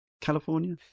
California